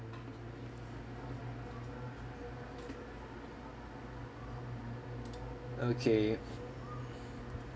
okay